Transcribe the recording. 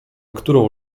którą